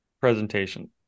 presentation